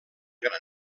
gran